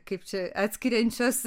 kaip čia atskiriančios